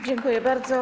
Dziękuję bardzo.